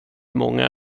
många